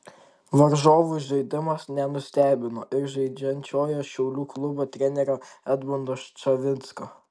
varžovų žaidimas nenustebino ir žaidžiančiojo šiaulių klubo trenerio edmundo ščavinsko